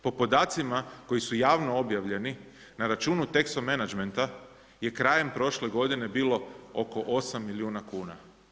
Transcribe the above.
Po podacima koji su javno objavljeni, na računu Texo Managementa je krajem prošle godine bilo oko 8 milijuna kuna.